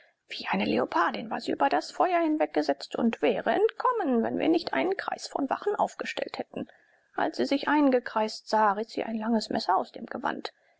wie eine leopardin war sie über das feuer hinweggesetzt und wäre entkommen wenn wir nicht einen kreis von wachen aufgestellt hätten als sie sich eingekreist sah riß sie ein langes messer aus dem gewand